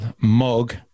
Mug